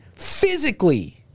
physically